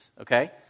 Okay